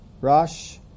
Rosh